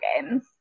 games